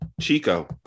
Chico